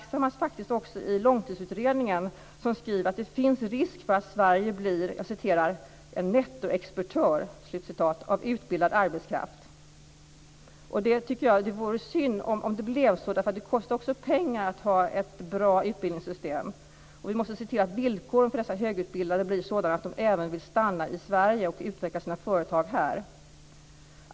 Detta uppmärksammas också i Långtidsutredningen, som skriver att det finns risk för att Sverige blir en "nettoexportör" av utbildad arbetskraft. Det vore synd om det blev så, därför att det kostar pengar att ha ett bra utbildningssystem. Vi måste se till att villkoren för dessa högutbildade blir sådana att de vill stanna i Sverige och utveckla sina företag här.